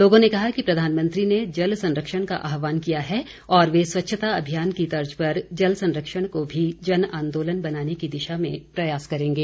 लोगों ने कहा कि प्रधानमंत्री ने जल संरक्षण का आहवान किया है और वे स्वच्छता अभियान की तर्ज़ पर जल संरक्षण को भी जन आंदोलन बनाने की दिशा में प्रयास करेंगे